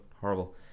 horrible